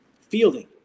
Fielding